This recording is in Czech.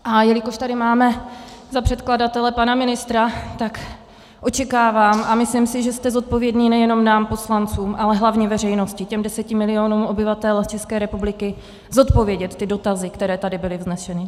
A jelikož tady máme za předkladatele pana ministra, tak očekávám a myslím si, že jste zodpovědní nejenom nám, poslancům, ale hlavně veřejnosti, těm deseti milionům obyvatel České republiky zodpovědět dotazy, které tady byly vzneseny.